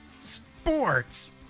Sports